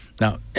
Now